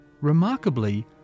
Remarkably